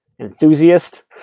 enthusiast